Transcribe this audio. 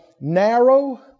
narrow